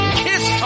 kiss